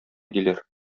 диләр